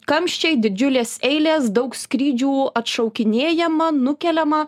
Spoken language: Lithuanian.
kamščiai didžiulės eilės daug skrydžių atšaukinėjama nukeliama